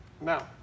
Now